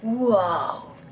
Whoa